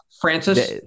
Francis